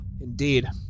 Indeed